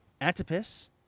Antipas